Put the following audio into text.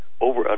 over